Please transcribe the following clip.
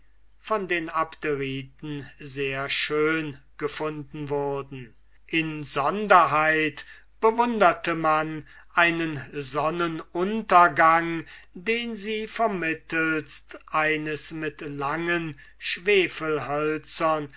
von den abderiten sehr schön befunden wurden insonderheit bewunderte man einen sonnenuntergang den sie vermittelst eines mit langen